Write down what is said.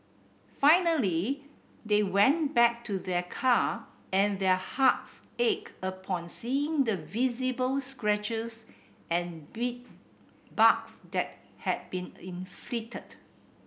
finally they went back to their car and their hearts ached upon seeing the visible scratches and bit barks that had been inflicted